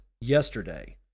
yesterday